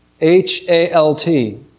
H-A-L-T